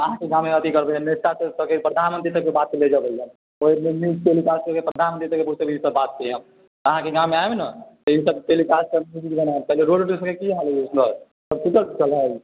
अहाँके गाममे अथी करबै नेता सबके प्रधानमन्त्री तक ई बात ले जेबै न्यूज टेलिकास्ट करके प्रधानमन्त्री तक पहुँचते ई सब बातके अहाँके गाम आयब ने तऽ ई सब टेलिकास्ट हम रोड सबके की हाल हय सब टूटल फूटल हय